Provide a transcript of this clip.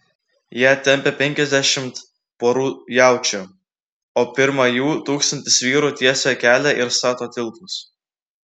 ją tempia penkiasdešimt porų jaučių o pirma jų tūkstantis vyrų tiesia kelią ir stato tiltus